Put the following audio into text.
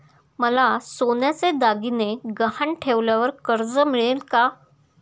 मला सोन्याचे दागिने गहाण ठेवल्यावर कर्ज मिळेल का?